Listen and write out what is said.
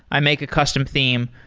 i make a custom theme,